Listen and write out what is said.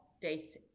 dates